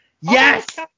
Yes